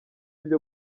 byo